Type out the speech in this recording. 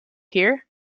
hear